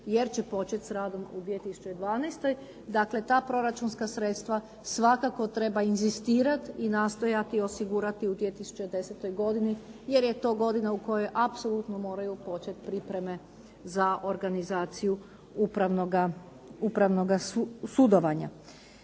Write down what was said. jer će početi s radom u 2012. Dakle, ta proračunska sredstva svakako treba inzistirati i nastojati osigurati u 2010. godini jer je to godina u kojoj apsolutno moraju početi pripreme za organizaciju upravnoga sudovanja.